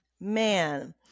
man